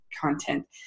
content